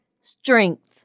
strength